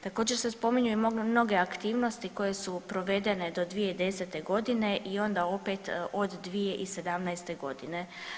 Također se spominju i mnoge aktivnosti koje su provedene do 2010. godine i onda opet od 2017. godine.